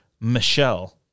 Michelle